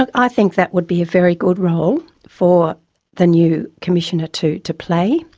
like i think that would be a very good role for the new commissioner to to play.